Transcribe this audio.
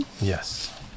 Yes